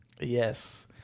Yes